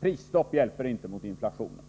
Prisstopp hjälper inte mot inflationen.